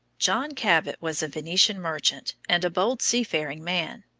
john cabot was a venetian merchant, and a bold seafaring man.